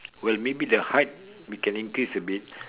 well maybe the height we can increase a bit